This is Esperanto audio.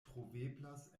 troveblas